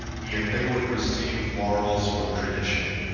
yet they would receive laurels from tradition.